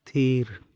ᱛᱷᱤᱨ